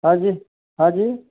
हाँ जी हाँ जी